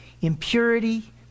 impurity